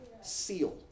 seal